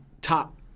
top